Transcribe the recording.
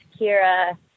Kira